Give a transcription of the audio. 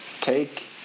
take